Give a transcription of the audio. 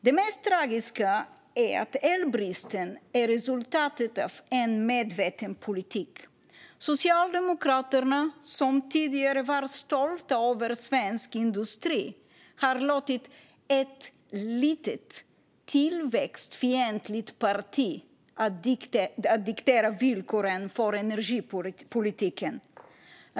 Det mest tragiska är att elbristen är resultatet av en medveten politik. Socialdemokraterna, som tidigare var stolta över svensk industri, har låtit ett litet tillväxtfientligt parti diktera villkoren för energipolitiken.